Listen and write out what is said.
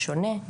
שונה',